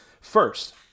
first